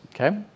Okay